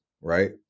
right